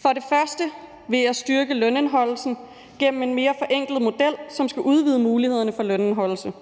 For det første gøres det ved at styrke lønindeholdelsen gennem en mere forenklet model, som skal udvide mulighederne for lønindeholdelse.